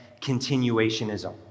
continuationism